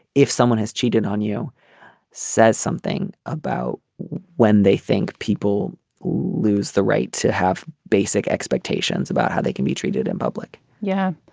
if someone has cheated on you says something about when they think people lose the right to have basic expectations about how they can be treated in public yeah.